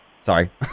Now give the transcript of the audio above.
Sorry